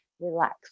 relax